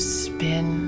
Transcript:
spin